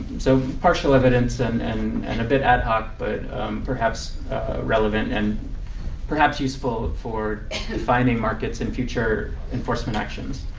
so partial evidence and and and a bit ad hoc, but perhaps relevant and perhaps useful for defining markets in future enforcement actions.